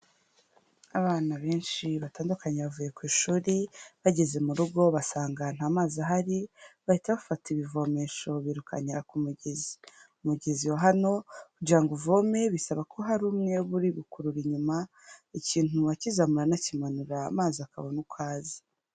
Abana benshi batandukanye bavuye ku ishuri bageze mu rugo basanga nta mazi ahari, bahita bafata ibivomesho birukankira ku mugezi, umugezi wa hano kugira ngo uvome bisaba ko hari umwe uba uri gukurura inyuma, ikintu akizamura anakimanura amazi akabona uko aza.